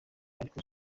ariko